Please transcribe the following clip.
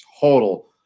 total